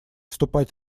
вступать